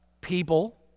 people